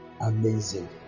amazing